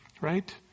right